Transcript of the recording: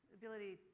ability